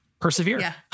persevere